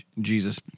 Jesus